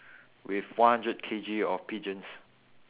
with one hundred K_G of pigeons